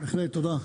תודה.